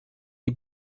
die